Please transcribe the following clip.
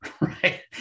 Right